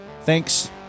Thanks